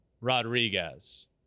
Rodriguez